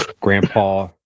grandpa